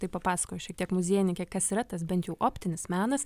tai papasakojo šiek tiek muziejininkė kas yra tas bent jau optinis menas